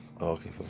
Okay